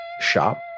shop